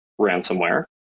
ransomware